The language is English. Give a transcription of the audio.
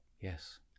yes